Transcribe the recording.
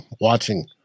watching